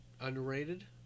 underrated